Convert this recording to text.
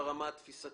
ברמה של התפיסה.